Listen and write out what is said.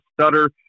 stutter